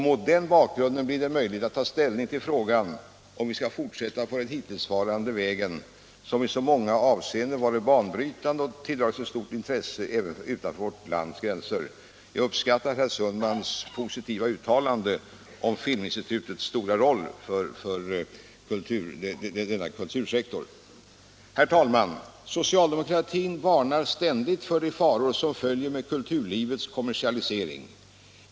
Mot denna bakgrund Onsdagen den blir det möjligt att ta ställning till frågan om vi skall fortsätta på den 20 april 1977 hittillsvarande vägen, som i många avseenden varit banbrytande och tilldragit sig stort intresse även utanför vårt lands gränser. Jag uppskattar — Filmstöd herr Sundmans positiva uttalande om Filminstitutets stora roll för denna kultursektor. Herr talman! Socialdemokratin varnar ständigt för de faror som följer med kulturlivets kommersialisering.